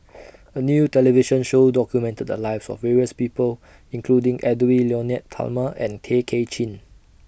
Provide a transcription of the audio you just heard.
A New television Show documented The Lives of various People including Edwy Lyonet Talma and Tay Kay Chin